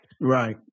Right